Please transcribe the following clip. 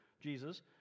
Jesus